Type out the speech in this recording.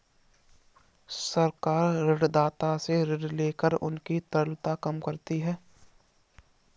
सरकार ऋणदाता से ऋण लेकर उनकी तरलता कम करती है